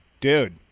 Dude